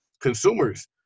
consumers